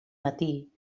matí